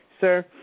sir